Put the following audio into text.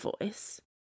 voice